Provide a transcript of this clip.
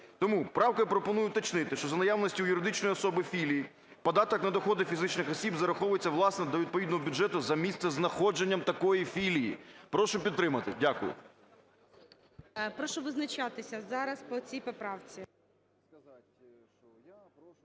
Тому правкою пропоную уточнити, що за наявності у юридичної особи філії, податок на доходи фізичних осіб зараховується, власне, до відповідного бюджету за місцезнаходженням такої філії. Прошу підтримати. Дякую.